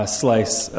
slice